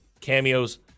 cameos